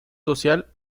social